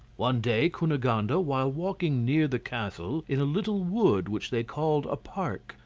one day cunegonde, ah while walking near the castle, in a little wood which they called a park,